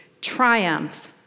triumphs